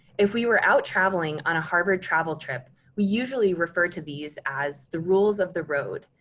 if we were out traveling on a harvard travel trip we usually refer to these as the rules of the road.